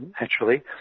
naturally